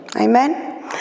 amen